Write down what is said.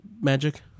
magic